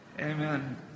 Amen